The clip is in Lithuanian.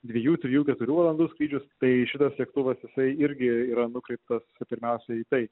dviejų trijų keturių valandų skrydžius tai šitas lėktuvas jisai irgi yra nukreiptas pirmiausia į tai